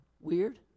weird